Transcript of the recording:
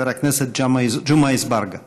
חבר הכנסת ג'מעה אזברגה.